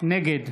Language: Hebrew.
נגד